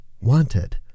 wanted